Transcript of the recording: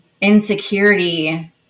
insecurity